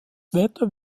wetter